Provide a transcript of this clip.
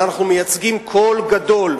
אבל אנחנו מייצגים קול גדול,